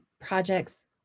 projects